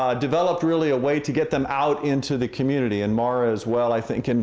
ah developed really a way to get them out into the community, and maura as well, i think, and